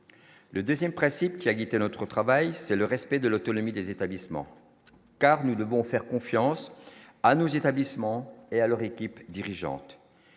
le 2ème principe qui a quitté notre travail, c'est le respect de l'autonomie des établissements, car nous devons faire confiance à nos établissements et à leur équipe dirigeante,